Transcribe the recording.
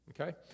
Okay